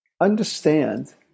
understand